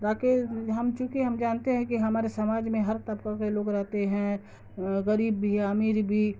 ہم چونکہ ہم جانتے ہیں کہ ہمارے سماج میں ہر طبقے کے لوگ رہتے ہیں غریب بھی عمیر بھی